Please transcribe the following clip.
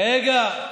רגע,